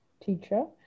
teacher